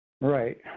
Right